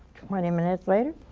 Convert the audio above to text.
twenty minutes later,